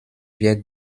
wir